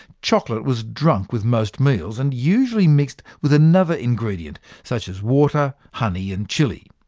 chocolate was drunk with most meals, and usually mixed with another ingredient such as water, honey and chilli.